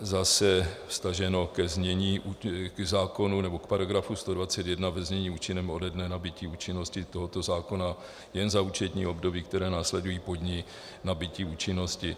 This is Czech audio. Zase vztaženo ke znění k zákonu, nebo k § 121 ve znění účinném ode dne nabytí účinnosti tohoto zákona jen za účetní období, které následují po dni nabytí účinnosti.